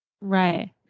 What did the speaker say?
Right